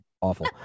awful